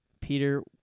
Peter